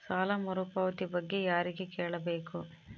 ಸಾಲ ಮರುಪಾವತಿ ಬಗ್ಗೆ ಯಾರಿಗೆ ಕೇಳಬೇಕು?